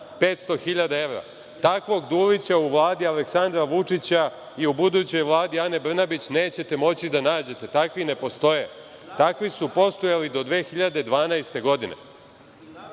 500.000 evra. Takvog Dulića u Vladi Aleksandra Vučića i u budućoj Vladi Ane Brnabić nećete moći da nađete. Takvi ne postoje. Takvi su postojali do 2012. godine. Vi